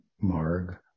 Marg